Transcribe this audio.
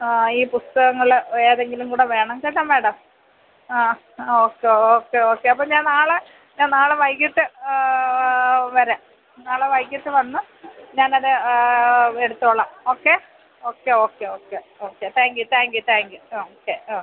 ആ ഈ പുസ്തകങ്ങൾ ഏതെങ്കിലും കൂടെ വേണം കേട്ടോ മാഡം ആ ഓക്കെ ഓക്കെ ഓക്കെ അപ്പം ഞാൻ നാളെ ഞാൻ നാളെ വൈകീട്ട് വരാം നാളെ വൈകീട്ട് വന്ന് ഞാൻ തന്നെ എടുത്തോളാം okay okay okay okay okay thank you thank you thank you okay ആ